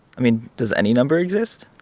i mean, does any number exist?